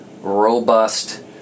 robust